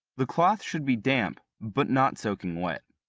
the cloth should be damp, but not soaking wet.